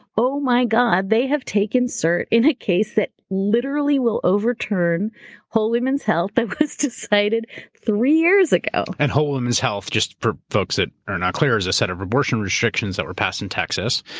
oh my god, they have taken cert in a case that literally will overturn whole woman's health that was decided three years ago. and whole woman's health, just for folks that are not clear, is a set of abortion restrictions that were passed in texas.